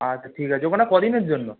আচ্ছা ঠিক আছে ওখানে ক দিনের জন্য